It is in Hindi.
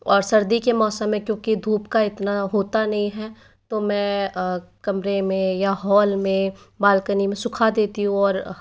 और सर्दी के मौसम में क्योंकि धूप का इतना होता नहीं है तो मैं कमरे में या हॉल में बालकनी में सूखा देती हूँ और